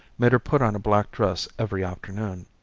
made her put on a black dress every afternoon.